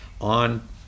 on